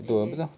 okay